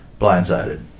Blindsided